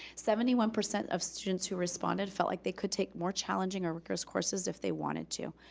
seventy one percent of students who responded felt like they could take more challenging or rigorous courses if they wanted to.